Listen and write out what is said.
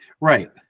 Right